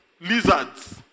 lizards